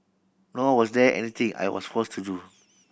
nor was there anything I was forced to do